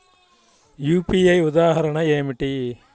UPI ఉదాహరణ ఏమిటి?